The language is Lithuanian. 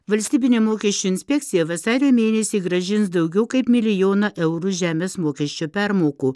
valstybinė mokesčių inspekcija vasario mėnesį grąžins daugiau kaip milijoną eurų žemės mokesčio permokų